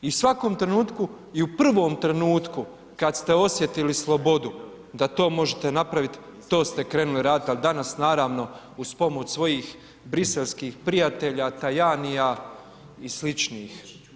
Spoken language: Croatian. I u svakom trenutku i u prvom trenutku kada ste osjetili slobodu, da to možete napraviti, to ste krenuli raditi, ali danas, naravno, uz pomoć svojih briselskih prijatelja Tajanija, i sličnih.